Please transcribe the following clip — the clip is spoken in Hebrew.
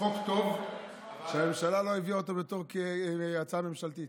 חוק טוב שהממשלה לא הביאה אותו בתור הצעה ממשלתית.